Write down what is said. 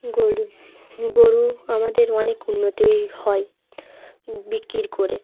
গরু গরু আমাদের অনেক উন্নতি হয় বিক্রি করে